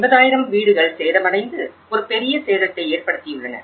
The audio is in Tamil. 50000 வீடுகள் சேதமடைந்து ஒரு பெரிய சேதத்தை ஏற்படுத்தியுள்ளன